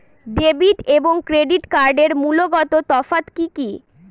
Debit এবং credit কার্ডের মূলগত তফাত কি কী?